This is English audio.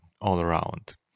all-around